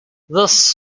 thus